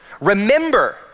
Remember